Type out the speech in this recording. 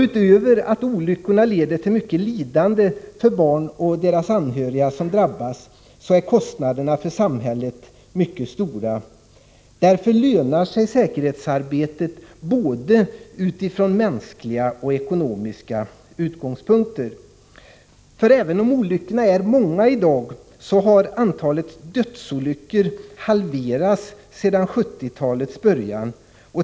Utöver att olyckorna leder till mycket lidande för barn och deras anhöriga som drabbas, är kostnaderna för samhället mycket stora. Därför lönar sig säkerhetsarbetet både utifrån mänskliga och ekonomiska utgångspunkter. Även om olyckorna är för många i dag, har antalet dödsolyckor halverats sedan 1970-talets början.